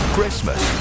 Christmas